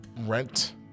rent